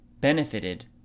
benefited